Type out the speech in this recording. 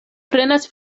prenas